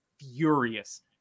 furious